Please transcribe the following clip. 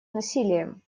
насилием